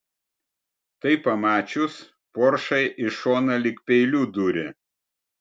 tai pamačius poršai į šoną lyg peiliu dūrė